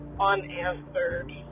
Unanswered